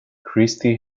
christy